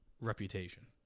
Reputation